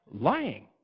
lying